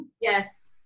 Yes